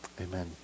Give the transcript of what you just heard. Amen